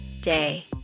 day